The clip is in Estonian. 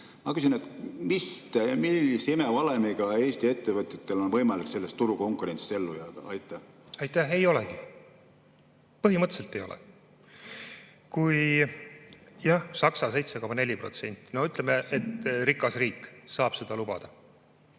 Ma küsin: millise imevalemiga on Eesti ettevõtjatel võimalik selles turukonkurentsis ellu jääda? Aitäh! Ei olegi! Põhimõtteliselt ei olegi. Kui jah, Saksamaa 7,4% – no ütleme, et rikas riik saab seda lubada.